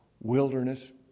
wilderness